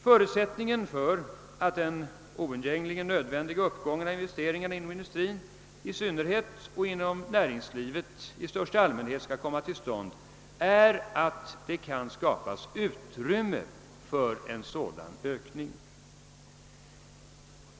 Förutsättningen för att den oundgängligen nödvändiga uppgången av investeringarna inom in dustrin i synnerhet och inom näringslivet i största allmänhet skall komma till stånd är att det kan skapas utrymme för en dylik ökning.